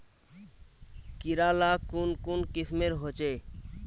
कीड़ा ला कुन कुन किस्मेर होचए?